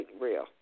real